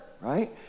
right